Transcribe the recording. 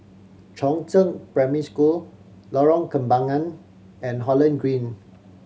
Chongzheng Primary School Lorong Kembagan and Holland Green